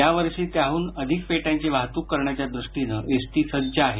यावर्षी त्याहन अधिक पेट्यांची वाहतूक करण्याच्या दृष्टीनं एसटी सज्ज आहे